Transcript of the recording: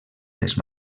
les